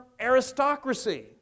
aristocracy